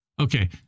Okay